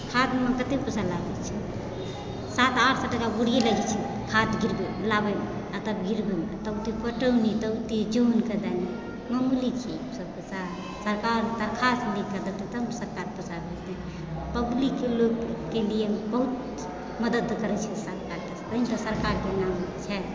खादमे ततेक पैसा लागै छै सात आठ सए टाका बुरिए जाइ छै खाद गिरबै लाबैमे आ तब गिरबैमे तब हेतै पटौनी तब एतै जनकेँ देल जेतै मामूली छियै ईसभ काज सरकार तऽ खाद बीज दऽ देतै तब सरकार पैसा देतै पब्लिकके लोकके लिए बहुत मदति करै छै सरकार तैँ तऽ सरकारके नाम होइ छै